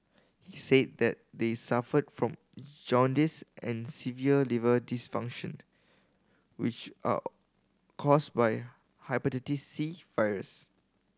he said that they suffered from jaundice and severe liver dysfunction which are caused by Hepatitis C virus